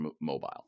mobile